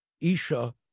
Isha